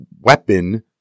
weapon